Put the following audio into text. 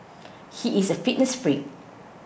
he is a fitness freak